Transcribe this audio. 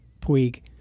Puig